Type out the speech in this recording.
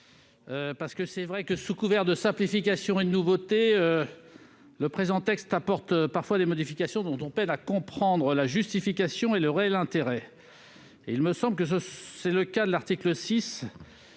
de l'article. Sous couvert de simplification et de nouveauté, le présent texte apporte parfois des modifications dont on peine à comprendre la justification et le réel intérêt. C'est le cas de cet article 6,